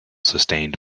sustained